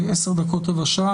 גברתי.